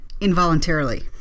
involuntarily